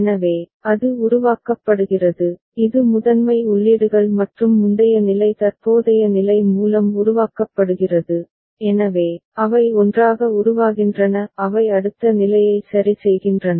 எனவே அது உருவாக்கப்படுகிறது இது முதன்மை உள்ளீடுகள் மற்றும் முந்தைய நிலை தற்போதைய நிலை மூலம் உருவாக்கப்படுகிறது எனவே அவை ஒன்றாக உருவாகின்றன அவை அடுத்த நிலையை சரி செய்கின்றன